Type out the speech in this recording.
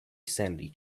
sanity